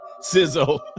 Sizzle